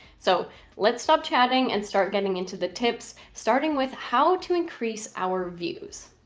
so let's stop chatting and start getting into the tips, starting with how to increase our views.